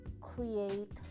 create